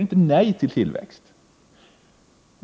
inte nej till tillväxt.